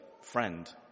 friend